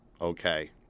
okay